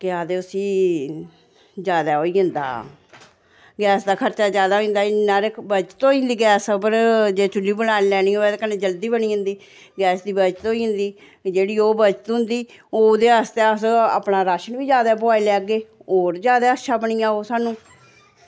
केह् आखदे उस्सी जैदा होई जंदा गैस दा खर्चा जैदा होई जंदा इन्ना हारी ते बचत होई जंदी गैस पर जे चुल्ली बनानी होऐ ते कन्नै जल्दी बनी जंदी ते गैस दी बचत होई जंदी जेह्ड़ी ओह् बचत होंदी ओह्दे आस्तै अस अपना राशन बी जैदा पोआई लैगे होर जैदा अच्छा बनी जाओ सानूं